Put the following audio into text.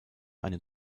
eine